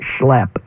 schlep